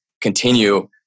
continue